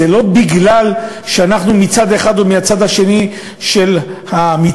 זה לא משום שאנחנו מצד אחד או מהצד השני של המתרס.